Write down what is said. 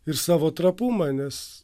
ir savo trapumą nes